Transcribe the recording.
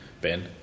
Ben